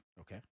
Okay